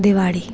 Diwali